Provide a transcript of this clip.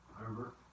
remember